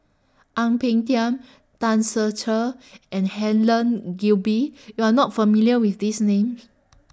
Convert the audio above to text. Ang Peng Tiam Tan Ser Cher and Helen Gilbey YOU Are not familiar with These Names